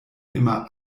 immer